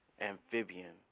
amphibian